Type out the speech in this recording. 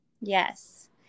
yes